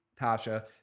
Tasha